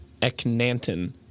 Eknanton